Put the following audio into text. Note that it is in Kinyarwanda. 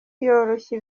yoroshya